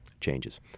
changes